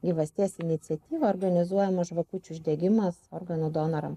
gyvasties iniciatyva organizuojamas žvakučių uždegimas organų donoram